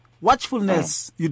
Watchfulness